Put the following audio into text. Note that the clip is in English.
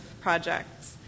projects